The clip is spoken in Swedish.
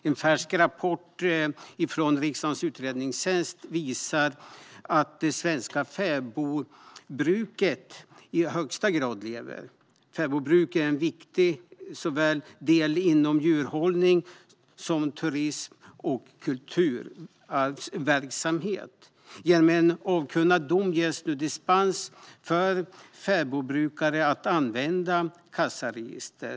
En färsk rapport från riksdagens utredningstjänst visar att det svenska fäbodbruket i högsta grad lever. Fäbodbruk är viktigt inom såväl djurhållning som turism och kulturarvsverksamhet. Genom en avkunnad dom ges nu fäbodbrukare dispens från att använda kassaregister.